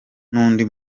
n’undi